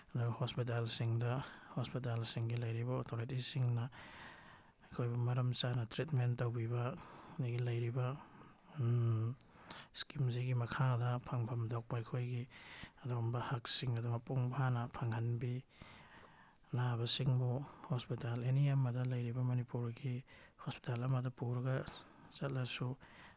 ꯑꯗꯨꯒ ꯍꯣꯁꯄꯤꯇꯥꯜꯁꯤꯡꯗ ꯍꯣꯁꯄꯤꯇꯥꯜꯁꯤꯡꯒꯤ ꯂꯩꯔꯤꯕ ꯑꯣꯊꯣꯔꯤꯇꯤꯁꯤꯡꯅ ꯑꯩꯈꯣꯏꯕꯨ ꯃꯔꯝ ꯆꯥꯅ ꯇ꯭ꯔꯤꯠꯃꯦꯟ ꯇꯧꯕꯤꯕ ꯃꯤꯒꯤ ꯂꯩꯔꯤꯕ ꯏꯁꯀꯤꯝꯁꯤꯒꯤ ꯃꯈꯥꯗ ꯐꯪꯐꯝ ꯊꯣꯛꯄ ꯑꯩꯈꯣꯏꯒꯤ ꯑꯗꯨꯒꯨꯝꯕ ꯍꯛꯁꯤꯡ ꯑꯗꯨ ꯃꯄꯨꯡ ꯐꯥꯅ ꯐꯪꯍꯟꯕꯤ ꯑꯅꯥꯕꯁꯤꯡꯕꯨ ꯍꯣꯁꯄꯤꯇꯥꯜ ꯑꯦꯅꯤ ꯑꯃꯗ ꯂꯩꯔꯤꯕ ꯃꯅꯤꯄꯨꯔꯒꯤ ꯍꯣꯁꯄꯤꯇꯥꯜ ꯑꯃꯗ ꯄꯨꯔꯒ ꯆꯠꯂꯁꯨ